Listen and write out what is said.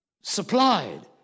supplied